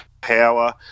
Power